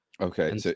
Okay